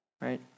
right